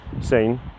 scene